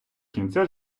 кінця